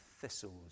thistles